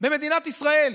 במדינת ישראל,